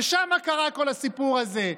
ושם קרה כל הסיפור הזה.